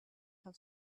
have